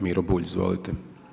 Miro Bulj, izvolite.